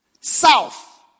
South